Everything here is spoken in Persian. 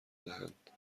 دهند